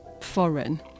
foreign